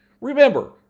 remember